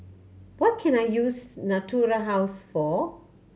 what can I use Natura House for